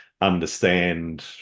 understand